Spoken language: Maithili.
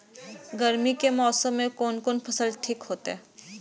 गर्मी के मौसम में कोन कोन फसल ठीक होते?